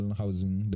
housing